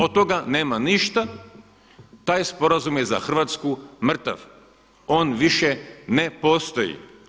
Od toga nema ništa, taj sporazum je za Hrvatsku mrtav, on više ne postoji.